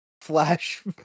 flash